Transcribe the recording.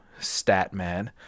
Statman